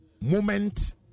moment